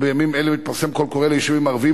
בימים אלו מתפרסם קול קורא ליישובים הערביים